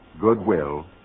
Goodwill